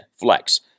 flex